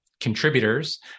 contributors